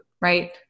right